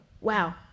Wow